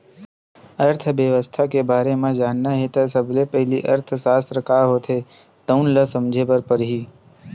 अर्थबेवस्था के बारे म जानना हे त सबले पहिली अर्थसास्त्र का होथे तउन ल समझे बर परही